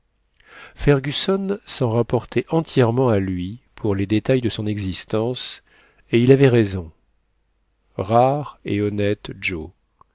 fergusson s'en rapportait entièrement à lui pour les détails de son existence et il avait raison rare et honnête joe